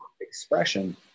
expression